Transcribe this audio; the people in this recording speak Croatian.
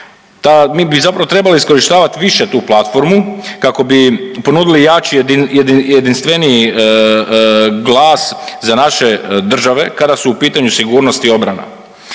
mi bi zapravo trebali iskorištavati više tu platformu kako bi ponudili jaču, jedinstveniji glas za naše države, kada su u pitanju sigurnost i obrana.